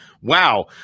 wow